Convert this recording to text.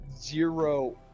zero